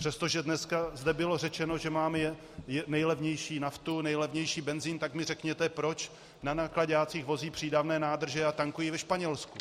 Přestože dneska zde bylo řečeno, že máme nejlevnější naftu, nejlevnější benzin, tak mi řekněte, proč na náklaďácích vozí přídavné nádrže a tankují ve Španělsku?